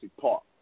Park